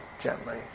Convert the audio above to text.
gently